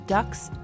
Ducks